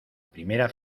primera